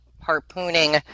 harpooning